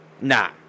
Nah